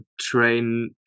train